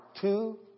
two